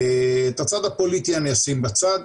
את הצד הפוליטי אני אשים בצד.